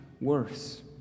worse